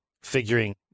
figuring